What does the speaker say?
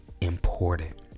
important